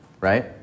right